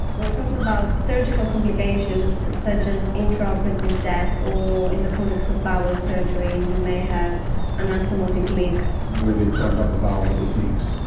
we're talking about surgical complications such as intraoperative death, or, in the context of bowel surgery, you may have anastomotic leaks. where they've joined up the bowel, it leaks.